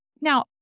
Now